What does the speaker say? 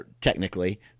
technically